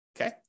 okay